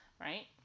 right